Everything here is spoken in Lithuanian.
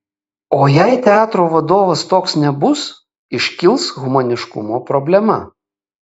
o jei teatro vadovas toks nebus iškils humaniškumo problema